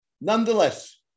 Nonetheless